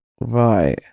Right